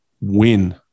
win